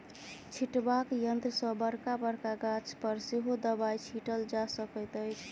छिटबाक यंत्र सॅ बड़का बड़का गाछ पर सेहो दबाई छिटल जा सकैत अछि